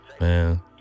man